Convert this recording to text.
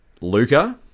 Luca